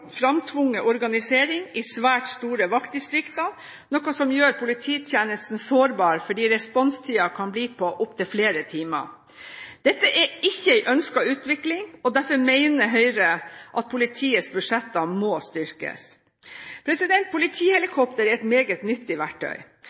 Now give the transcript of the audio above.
organisering i svært store vaktdistrikter. Dette gjør polititjenesten sårbar, fordi responstiden kan bli på opp til flere timer. Dette er ikke en ønsket utvikling. Derfor mener Høyre at politiets budsjetter må styrkes. Politihelikopter er et meget nyttig verktøy.